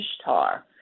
Ishtar